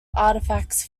artifacts